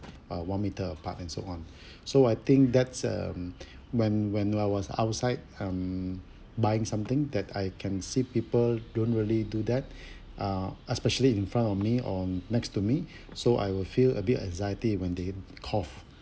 uh one metre apart and so on so I think that's um when when I was outside um buying something that I can see people don't really do that uh especially in front of me or next to me so I will feel a bit anxiety when they cough